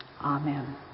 Amen